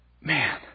man